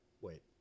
wait